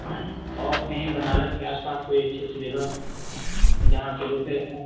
और कहीं बनारस के आसपास कोई अच्छी सी जगह जहाँ पर जैसे